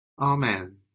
Amen